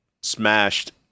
smashed